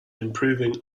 improving